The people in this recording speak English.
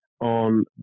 on